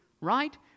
right